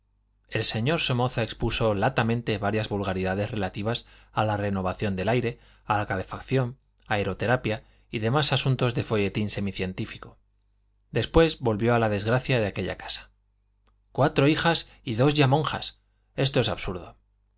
el señor somoza expuso latamente varias vulgaridades relativas a la renovación del aire a la calefacción aeroterapia y demás asuntos de folletín semicientífico después volvió a la desgracia de aquella casa cuatro hijas y dos ya monjas esto es absurdo